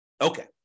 Okay